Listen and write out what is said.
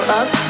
up